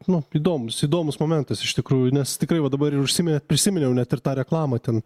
nu įdomus įdomus momentas iš tikrųjų nes tikrai va dabar ir užsiminėt prisiminiau net ir tą reklamą ten